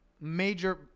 major